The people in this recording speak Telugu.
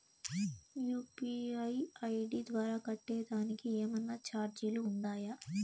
యు.పి.ఐ ఐ.డి ద్వారా కట్టేదానికి ఏమన్నా చార్జీలు ఉండాయా?